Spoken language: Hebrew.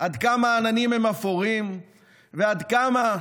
עד כמה העננים הם אפורים ועד כמה,